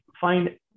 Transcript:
find